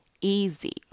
easy